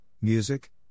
music